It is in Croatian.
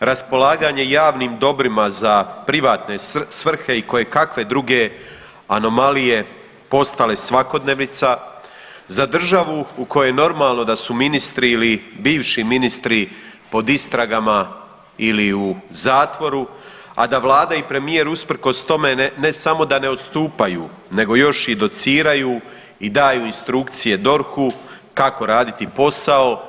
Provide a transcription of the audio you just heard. raspolaganje javnim dobrima za privatne svrhe i kojekakve anomalije postale svakodnevnica, za državu u kojoj je normalno da su ministri ili bivši ministri pod istragama ili u zatvoru, a da vlada i premijer usprkos tome ne samo da ne odstupaju nego još i dociraju i daju instrukcije DORH-u kako raditi postao.